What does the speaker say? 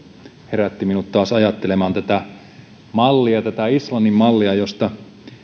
herätti minut taas ajattelemaan tätä islannin mallia josta